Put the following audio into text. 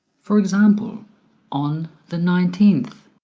for example on the nineteenth